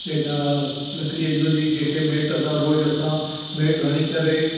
जेका लकड़ीअ जी हूंदी हुई जंहिंखे मेट सां रोज़ु असां मेटु हणी करे